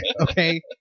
okay